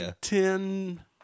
ten